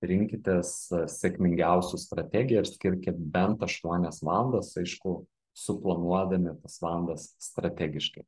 rinkitės sėkmingiausių strategiją ir skirkit bent aštuonias valandas aišku suplanuodami tas valandas strategiškai